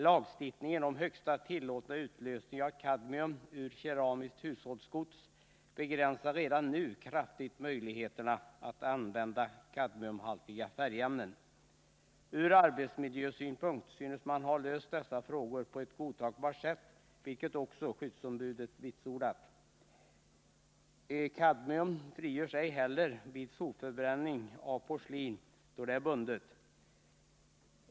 Lagstiftningen om högsta tillåtna utlösning av kadmium ur keramiskt hushållsgods begränsar redan nu kraftigt möjligheterna att använda kadmiumhaltiga färgämnen. Ur arbetsmiljösynpunkt synes man ha löst dessa frågor på ett godtagbart sätt, vilket också skyddsombudet vitsordat. Kadmium frigörs ej heller vid sopförbränning av porslin, då det är bundet.